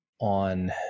on